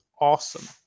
awesome